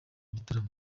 gitaramo